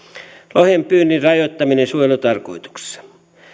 lohen pyynnin rajoittaminen suojelutarkoituksessa